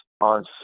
on